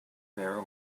very